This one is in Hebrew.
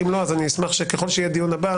אם לא - אשמח שככל שיהיה דיון נוסף,